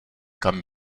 kam